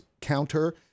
counter